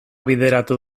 bideratu